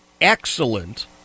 excellent